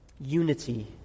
Unity